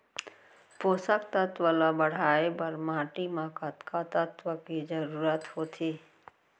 पोसक तत्व ला बढ़ाये बर माटी म कतका तत्व के जरूरत होथे?